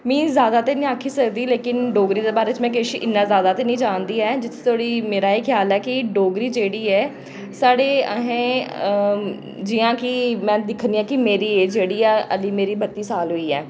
में जैदा ते निं आक्खी सकदी लेकिन डोगरी दे बारे च में किश इन्ना जैदा ते निं जानदी ऐ जित्थै धोड़ी मेरा एह् ख्याल ऐ कि डोगरी जेह्ड़ी ऐ साढ़े असें जि'यां कि में दिक्खनी आं कि मेरी एज जेह्ड़ी ऐ हल्लै मेरी बत्ती साल होई ऐ